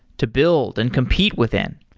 to build and compete within.